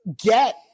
get